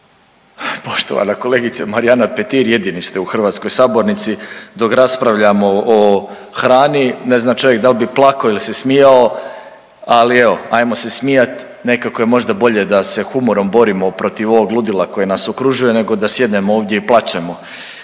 poštovana kolegice Marijana Petir, jedini ste u hrvatskoj sabornici dok raspravljamo o hrani. Ne zna čovjek da li bi plakao ili se smijao, ali evo, ajmo se smijati, nekako je možda bolje da se humorom borimo protiv ovog ludila koje nas okružuje nego da sjednemo ovdje i plačemo